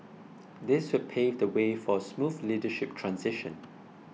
this would pave the way for a smooth leadership transition